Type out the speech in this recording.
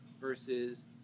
versus